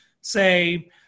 say